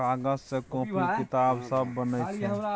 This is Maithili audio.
कागज सँ कांपी किताब सब बनै छै